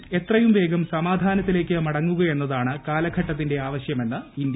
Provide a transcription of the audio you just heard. ഇസ്രായേലും എത്രയും വേഗം സമാധാനത്തിലേക്ക് മടങ്ങുകയെന്നതാണ് കാലഘട്ടത്തിന്റെ ആവശ്യമെന്ന് ഇന്ത്യ